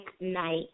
night